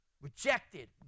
Rejected